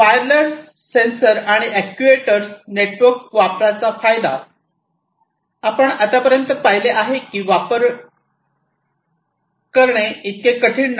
wireless sensor आणि actuator नेटवर्कच्या वापराचा फायदा आपण आतापर्यंत पाहिले की वापर इतके कठीण नाही